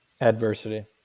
adversity